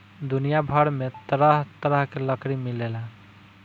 दुनिया भर में तरह तरह के लकड़ी मिलेला